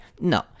no